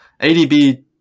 ADB